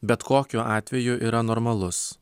bet kokiu atveju yra normalus